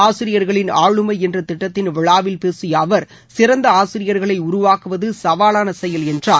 ஆசிரியர்களின் ஆளுமை என்ற திட்டத்தின் விழாவில் பேசிய அவர் சிறந்த ஆசியர்களை உருவாக்குவது சவாலான செயல் என்றார்